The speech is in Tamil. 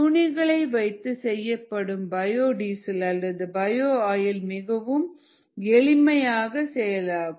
துணிகளை வைத்து செய்யப்படும் பயோடீசல் அல்லது பயோ ஆயில் மிகவும் எளிமையான செயலாகும்